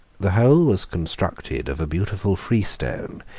the whole was constructed of a beautiful freestone,